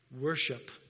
worship